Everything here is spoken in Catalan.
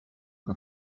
que